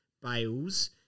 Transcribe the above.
bales